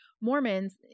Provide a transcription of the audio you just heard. Mormons